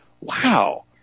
wow